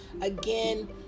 again